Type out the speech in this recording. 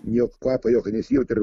jokio kvapo jokio nesijautė